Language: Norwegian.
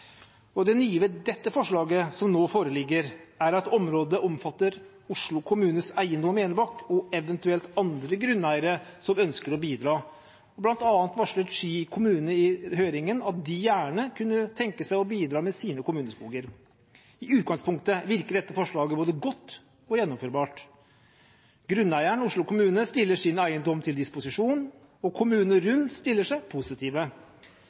Det nye ved det forslaget som nå foreligger, er at området omfatter Oslo kommunes eiendom i Enebakk, og eventuelle andre grunneiere som ønsker å bidra. Blant annet varslet Ski kommune i høringen at de gjerne kunne tenke seg å bidra med sine kommuneskoger. I utgangspunktet virker dette forslaget både godt og gjennomførbart. Grunneieren, Oslo kommune, stiller sin eiendom til disposisjon, og kommunene rundt stiller seg positive.